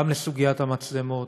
גם לסוגיית המצלמות,